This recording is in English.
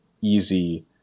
easy –